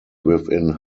within